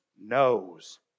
knows